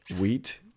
wheat